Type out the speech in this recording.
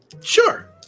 Sure